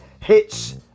hits